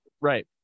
right